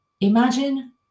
Imagine